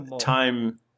time